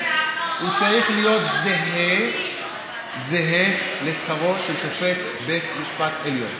צריך להיות זהה לשכרו של שופט בית משפט עליון.